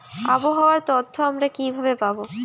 আবহাওয়ার তথ্য আমরা কিভাবে পাব?